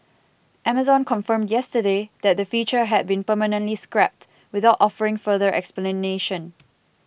amazon confirmed yesterday that the feature had been permanently scrapped without offering further explanation